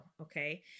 Okay